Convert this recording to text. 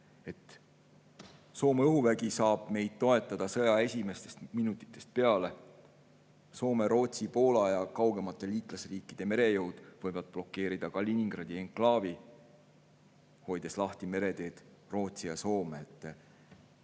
Soome õhuvägi saab meid toetada sõja esimestest minutitest peale. Soome, Rootsi, Poola ja kaugemate liitlasriikide merejõud võivad blokeerida Kaliningradi enklaavi, hoides lahti mereteed Rootsi ja Soome.Me